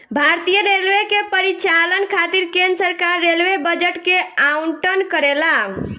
भारतीय रेलवे के परिचालन खातिर केंद्र सरकार रेलवे बजट के आवंटन करेला